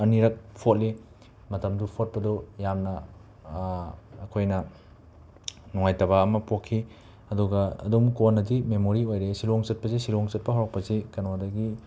ꯑꯅꯤꯔꯛ ꯐꯣꯠꯂꯤ ꯃꯇꯝꯗꯨ ꯐꯣꯠꯄꯗꯨ ꯌꯥꯝꯅ ꯑꯩꯈꯣꯏꯅ ꯅꯨꯡꯉꯥꯏꯇꯕ ꯑꯃ ꯄꯣꯛꯈꯤ ꯑꯗꯨꯒ ꯑꯗꯨꯝ ꯀꯣꯟꯅꯗꯤ ꯃꯦꯃꯣꯔꯤ ꯑꯣꯏꯔꯛꯏ ꯁꯤꯂꯣꯡ ꯆꯠꯄꯁꯤ ꯁꯤꯂꯣꯡ ꯆꯠꯄ ꯍꯧꯔꯛꯄꯁꯤ ꯀꯦꯅꯣꯗꯒꯤ